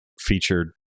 featured